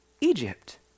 Egypt